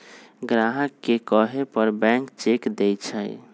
ग्राहक के कहे पर बैंक चेक देई छई